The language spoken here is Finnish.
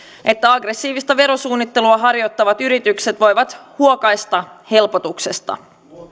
että aggressiivista verosuunnittelua harjoittavat yritykset voivat huokaista helpotuksesta